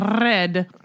red